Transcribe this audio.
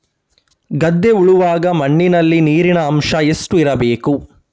ಗದ್ದೆ ಉಳುವಾಗ ಮಣ್ಣಿನಲ್ಲಿ ನೀರಿನ ಅಂಶ ಎಷ್ಟು ಇರಬೇಕು?